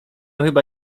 chyba